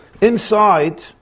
Inside